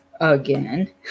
again